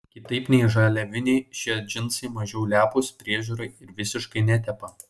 kitaip nei žaliaviniai šie džinsai mažiau lepūs priežiūrai ir visiškai netepa